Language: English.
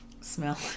smell